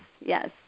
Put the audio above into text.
yes